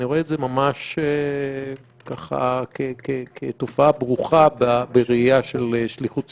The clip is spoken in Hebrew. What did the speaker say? אני רואה את זה ממש ככה כתופעה ברוכה בראייה של שליחות ציבורית.